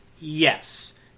Yes